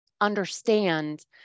understand